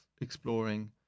exploring